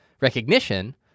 recognition